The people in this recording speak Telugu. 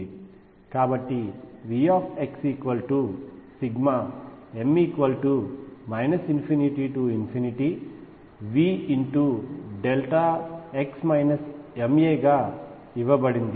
కాబట్టి V m ∞Vδ గా ఇవ్వబడింది